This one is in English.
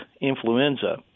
influenza –